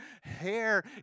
hair